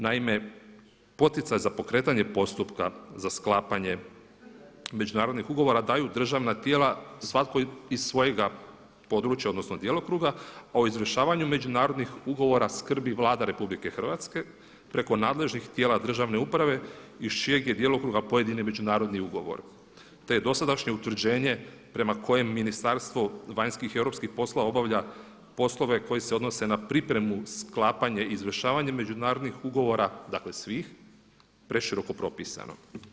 Naime, poticaj za pokretanje za pokretanje postupka za sklapanje međunarodnih ugovora daju državna tijela svako iz svojega područja odnosno djelokruga, a o izvršavanju međunarodnih ugovora skrbi Vlada RH preko nadležnih tijela državne uprave iz čijeg je djelokruga pojedini međunarodni ugovor, te je dosadašnje utvrđenje prema kojem Ministarstvo vanjskih i europskih poslova obavlja poslove koji se odnose na pripremu, sklapanje, izvršavanje međunarodnih ugovora dakle svih, preširoko propisano.